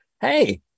hey